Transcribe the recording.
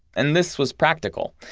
and this was practical.